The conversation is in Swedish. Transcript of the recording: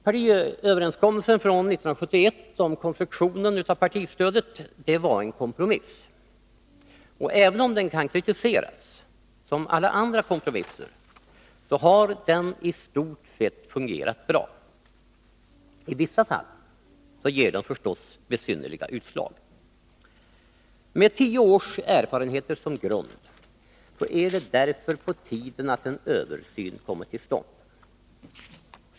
Partiöverenskommelsen år 1971 om konstruktionen av partistödet var en kompromiss, men även om den kan kritiseras, som alla andra kompromisser, har den istort sett fungerat bra. I vissa fall ger den förstås besynnerliga utslag. Med tio års erfarenheter som grund är det därför på tiden att en översyn kommer till stånd.